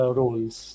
roles